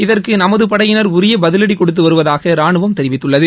இதற்கு நமது படையினர் உரிய பதிலடி கொடுத்து வருவதாக ராணுவம் தெரிவித்துள்ளது